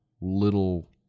little